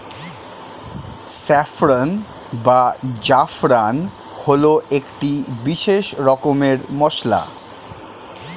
saffron বা জাফরান হল একটি বিশেষ রকমের মশলা